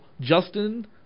Justin